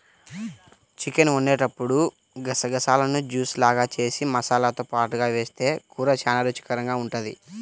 chicken వండేటప్పుడు గసగసాలను juice లాగా జేసి మసాలాతో పాటుగా వేస్తె కూర చానా రుచికరంగా ఉంటది